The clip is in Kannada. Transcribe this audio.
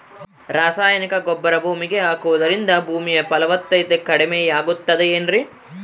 ರಾಸಾಯನಿಕ ಗೊಬ್ಬರ ಭೂಮಿಗೆ ಹಾಕುವುದರಿಂದ ಭೂಮಿಯ ಫಲವತ್ತತೆ ಕಡಿಮೆಯಾಗುತ್ತದೆ ಏನ್ರಿ?